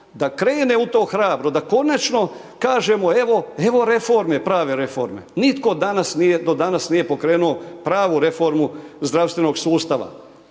da krene u to hrabro, da konačno kažemo evo reforme, prave reforme. Nitko do danas nije pokrenuo pravu reformu zdravstvenog sustava.